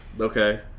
Okay